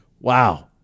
wow